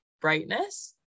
brightness